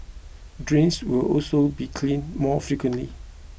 drains will also be cleaned more frequently